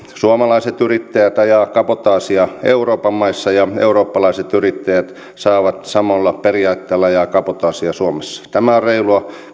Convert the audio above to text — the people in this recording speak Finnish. suomalaiset yrittäjät ajavat kabotaasia euroopan maissa ja eurooppalaiset yrittäjät saavat samoilla periaatteilla ajaa kabotaasia suomessa tämä on reilua